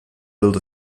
build